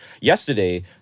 yesterday